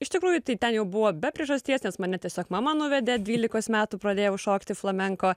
iš tikrųjų tai ten jau buvo be priežasties nes mane tiesiog mama nuvedė dvylikos metų pradėjau šokti flamenko